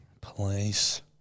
Police